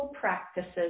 Practices